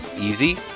easy